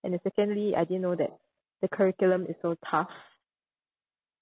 and then secondly I didn't know that the curriculum is so tough